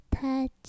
touch